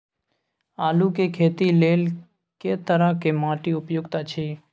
आलू के खेती लेल के तरह के माटी उपयुक्त अछि?